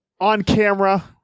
on-camera